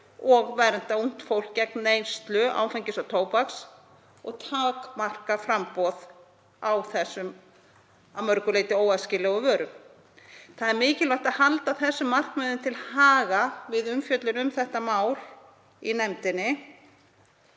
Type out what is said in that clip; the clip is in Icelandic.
og vernda ungt fólk gegn neyslu áfengis og tóbaks og takmarka framboð á þessum að mörgu leyti óæskilegu vörum. Það er mikilvægt að halda þeim markmiðum til haga við umfjöllun um þetta mál í nefndinni